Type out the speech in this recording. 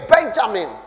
Benjamin